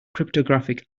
cryptographic